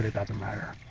doesn't matter.